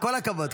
כל הכבוד.